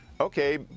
okay